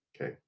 Okay